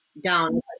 down